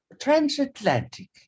transatlantic